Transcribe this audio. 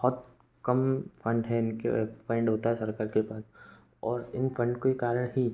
बहुत कम फंड हैं इनका फैंड होता है सरकार के पास और इन फंड के कारण ही